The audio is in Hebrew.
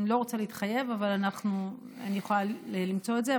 אני לא רוצה להתחייב, אבל אני יכולה למצוא את זה.